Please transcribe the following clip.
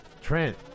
Trent